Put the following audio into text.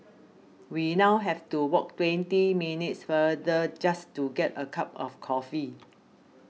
we now have to walk twenty minutes farther just to get a cup of coffee